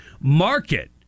market